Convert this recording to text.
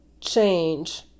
change